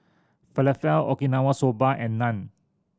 Falafel Okinawa Soba and Naan